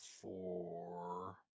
four